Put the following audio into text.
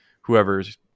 whoever's